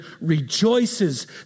rejoices